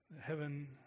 heaven